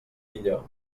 millor